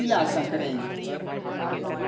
अहाँ तिलासंक्रान्ति